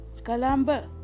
Kalamba